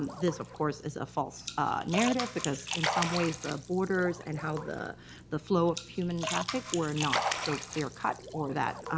this, course, is a false narrative, because in some ways, the borders and how the the flow of human traffic were not so clear cut, or that